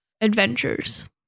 adventures